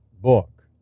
book